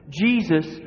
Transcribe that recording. Jesus